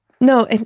No